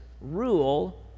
rule